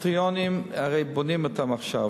הקריטריונים הרי בונים אותם עכשיו.